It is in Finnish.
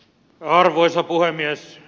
arvoisa puhemies